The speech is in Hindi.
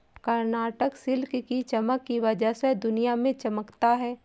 कर्नाटक सिल्क की चमक की वजह से दुनिया में चमकता है